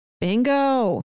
bingo